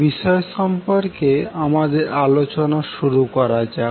বিষয় সম্পর্কে আমাদের আলোচনার শুরু করা যাক